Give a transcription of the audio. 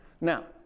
Now